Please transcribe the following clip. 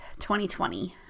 2020